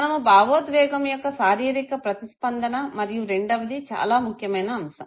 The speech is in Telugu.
మనము భావోద్వేగము యొక్క శారీరిక ప్రతిస్పందన మరియు రెండవది చాలా ముఖ్యమైన అంశం